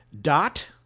Dot